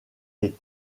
les